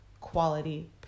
quality